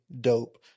dope